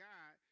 God